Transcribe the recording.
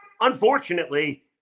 unfortunately